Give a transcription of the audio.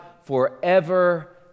forever